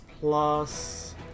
plus